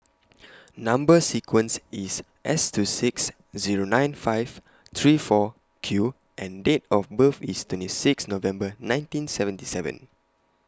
Number sequence IS S two six Zero nine five three four Q and Date of birth IS twenty six November nineteen seventy seven